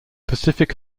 pacific